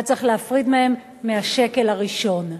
היה צריך להפריד ביניהן מהשקל הראשון,